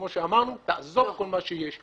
כמו שאמרנו, תעזוב כל מה שיש.